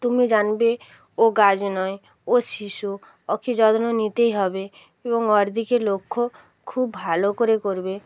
তুমি জানবে ও গাছ নয় ও শিশু ওকে যত্ন নিতেই হবে এবং ওর দিকে লক্ষ্য খুব ভালো করে করবে